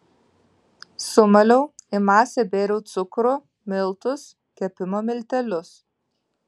sumaliau į masę bėriau cukrų miltus kepimo miltelius